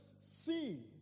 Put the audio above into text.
see